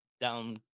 down